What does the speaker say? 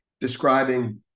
describing